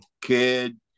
kid